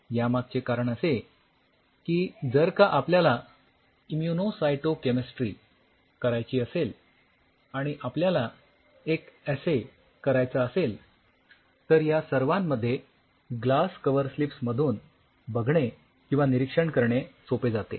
यामागचे कारण असे की जर का आपल्याला इम्युनो सायटो केमिस्ट्री करायची असेल आणि आपल्याला एक असे करायचा असेल तर या सर्वांमध्ये ग्लास कव्हरस्लिप्स मधून बघणे किंवा निरीक्षण करणे सोपे जाते